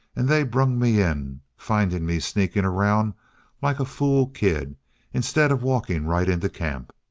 and they brung me in, finding me sneaking around like a fool kid instead of walking right into camp.